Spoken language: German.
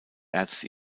ärzte